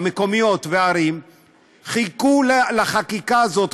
המקומיות והערים חיכו לחקיקה הזאת,